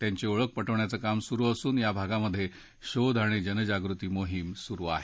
त्यांची ओळख पटवण्याचं काम सुरू असून या भागात शोध आणि जनजागृती मोहीम सुरू आहे